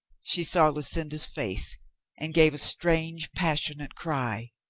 she saw lucinda's face and gave a strange, pas sionate cry.